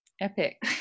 epic